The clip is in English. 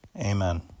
Amen